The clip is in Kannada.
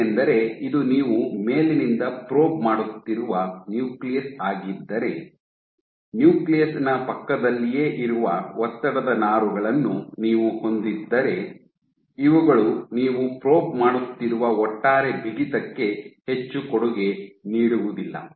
ಯಾಕೆಂದರೆ ಇದು ನೀವು ಮೇಲಿನಿಂದ ಪ್ರೋಬ್ ಮಾಡುತ್ತಿರುವ ನ್ಯೂಕ್ಲಿಯಸ್ ಆಗಿದ್ದರೆ ನ್ಯೂಕ್ಲಿಯಸ್ ನ ಪಕ್ಕದಲ್ಲಿಯೇ ಇರುವ ಒತ್ತಡದ ನಾರುಗಳನ್ನು ನೀವು ಹೊಂದಿದ್ದರೆ ಇವುಗಳು ನೀವು ಪ್ರೋಬ್ ಮಾಡುತ್ತಿರುವ ಒಟ್ಟಾರೆ ಬಿಗಿತಕ್ಕೆ ಹೆಚ್ಚು ಕೊಡುಗೆ ನೀಡುವುದಿಲ್ಲ